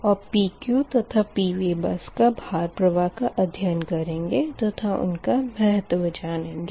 और PQ तथा PV bus का भार प्रवाह का अध्ययन करेंगे तथा उसका महत्व जानेंगे